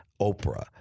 Oprah